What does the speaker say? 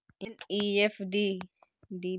NEFT के कि मतलब होइ?